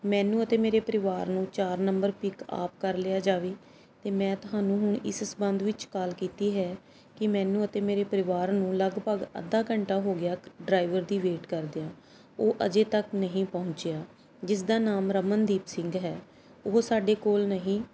ਮੈਨੂੰ ਅਤੇ ਮੇਰੇ ਪਰਿਵਾਰ ਨੂੰ ਚਾਰ ਨੰਬਰ ਪਿਕ ਆਪ ਕਰ ਲਿਆ ਜਾਵੇ ਅਤੇ ਮੈਂ ਤੁਹਾਨੂੰ ਹੁਣ ਇਸ ਸਬੰਧ ਵਿੱਚ ਕਾਲ ਕੀਤੀ ਹੈ ਕਿ ਮੈਨੂੰ ਅਤੇ ਮੇਰੇ ਪਰਿਵਾਰ ਨੂੰ ਲਗਭਗ ਅੱਧਾ ਘੰਟਾ ਹੋ ਗਿਆ ਡਰਾਈਵਰ ਦੀ ਵੇਟ ਕਰਦਿਆਂ ਉਹ ਅਜੇ ਤੱਕ ਨਹੀਂ ਪਹੁੰਚਿਆ ਜਿਸ ਦਾ ਨਾਮ ਰਮਨਦੀਪ ਸਿੰਘ ਹੈ ਉਹ ਸਾਡੇ ਕੋਲ ਨਹੀਂ